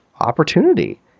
opportunity